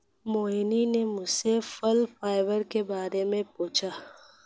मोहिनी ने मुझसे फल फाइबर के बारे में पूछा